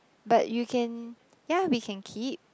but you can yeah we can keep